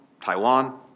Taiwan